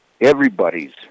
everybody's